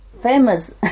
famous